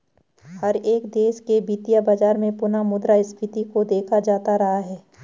हर एक देश के वित्तीय बाजार में पुनः मुद्रा स्फीती को देखा जाता रहा है